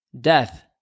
death